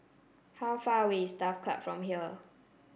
how far away is Turf Ciub from here